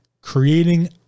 creating